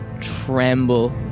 tremble